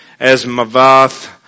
Asmavath